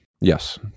Yes